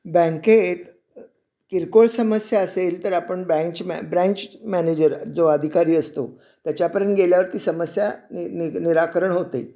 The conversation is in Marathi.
बँकेत किरकोळ समस्या असेल तर आपण ब्रँच मॅ ब्रँच मॅनेजर जो अधिकारी असतो त्याच्यापर्यंत गेल्यावरती समस्या नि निराकरण होते